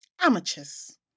Amateurs